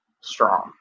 strong